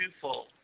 twofold